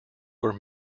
were